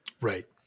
Right